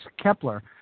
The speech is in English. Kepler